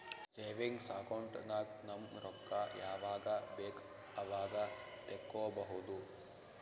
savings account ನಾಗ್ ನಮ್ ರೊಕ್ಕಾ ಯಾವಾಗ ಬೇಕ್ ಅವಾಗ ತೆಕ್ಕೋಬಹುದು